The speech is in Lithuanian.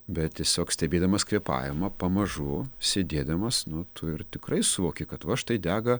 bet tiesiog stebėdamas kvėpavimą pamažu sėdėdamas nu tu ir tikrai suvoki kad va štai dega